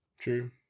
True